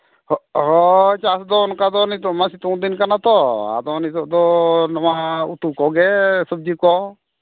ᱦᱳᱭ ᱪᱟᱥ ᱫᱚ ᱚᱱᱠᱟ ᱫᱚ ᱱᱤᱛᱳᱜ ᱢᱟ ᱥᱤᱛᱩᱝ ᱫᱤᱱ ᱠᱟᱱᱟ ᱛᱚ ᱟᱫᱚ ᱱᱤᱛᱳᱜ ᱫᱚ ᱱᱚᱣᱟ ᱩᱛᱩ ᱠᱚᱜᱮ ᱥᱚᱵᱽᱡᱤ ᱠᱚ